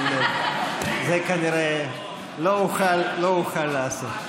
אבל את זה כנראה לא אוכל לעשות.